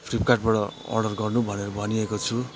फ्लिपकार्टबाट अर्डर गर्नु भनेर भनिएको छु